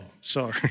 sorry